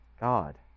god